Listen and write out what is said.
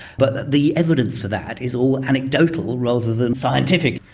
but the evidence for that is all anecdotal rather than scientific.